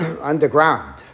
Underground